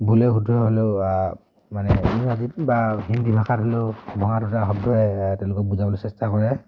ভুলে শুদ্ধই হ'লেও মানে ইংৰাজীত বা হিন্দী ভাষাত হ'লেও ভঙা তুতা শব্দৰে তেওঁলোকক বুজাবলৈ চেষ্টা কৰে